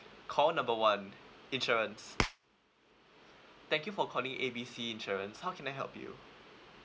call number one insurance thank you for calling A B C insurance how can I help you